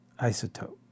isotope